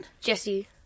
Jesse